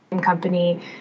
company